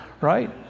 right